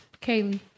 Kaylee